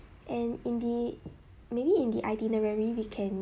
and in the maybe in the itinerary we can